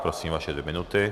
Prosím, vaše dvě minuty.